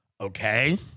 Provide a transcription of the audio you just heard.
Okay